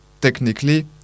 technically